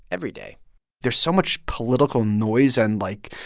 every day there's so much political noise and, like,